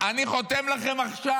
אני חותם לכם עכשיו